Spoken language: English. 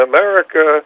America